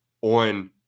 on